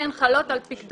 כפי שהן חלות על פיקדונות.